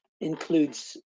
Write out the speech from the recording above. includes